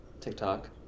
TikTok